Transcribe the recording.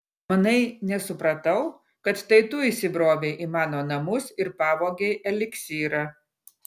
manai nesupratau kad tai tu įsibrovei į mano namus ir pavogei eliksyrą